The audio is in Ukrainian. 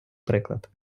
приклад